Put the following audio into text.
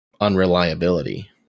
unreliability